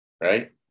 right